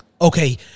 Okay